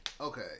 Okay